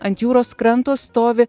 ant jūros kranto stovi